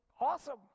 awesome